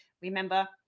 remember